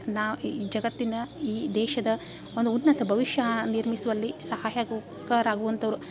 ನಾವು ಈ ಜಗತ್ತಿನ ಈ ದೇಶದ ಒಂದು ಉನ್ನತ ಭವಿಷ್ಯ ನಿರ್ಮಿಸುವಲ್ಲಿ ಸಹಾಯಗುಕ್ಕರಾಗುವಂಥವ್ರು